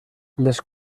les